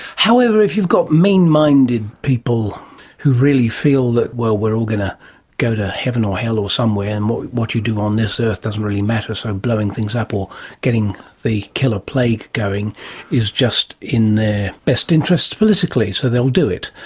however, if you've got mean-minded people who really feel that, well, we're all going to go to heaven or hell or somewhere and what what you do on this earth doesn't really matter, so blowing things up or getting the killer plague going is just in their best interests politically, so they'll do it.